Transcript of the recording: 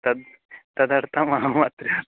तद् तदर्थमहम् अत्र